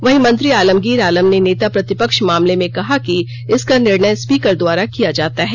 वहीं मंत्री आलमगीर आलम ने नेता प्रतिपक्ष मामले में कहा कि इसका निर्णय स्पीकर द्वारा किया जाता है